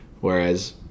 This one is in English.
whereas